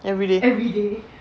everyday